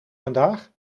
vandaag